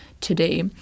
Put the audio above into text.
today